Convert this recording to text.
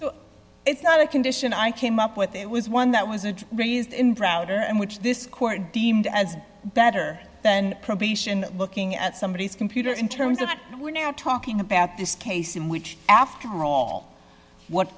is not a condition i came up with it was one that wasn't raised in browder and which this court deemed as better than probation looking at somebodies computer in terms of we're now talking about this case in which after all what